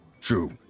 True